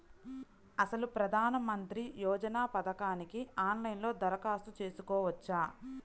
అసలు ప్రధాన మంత్రి యోజన పథకానికి ఆన్లైన్లో దరఖాస్తు చేసుకోవచ్చా?